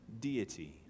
deity